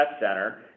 center